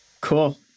cool